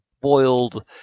boiled